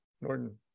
norton